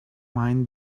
mind